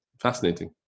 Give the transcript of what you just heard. fascinating